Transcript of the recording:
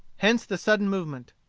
hence the sudden movement.